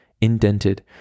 indented